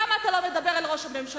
למה אתה לא מדבר אל ראש הממשלה?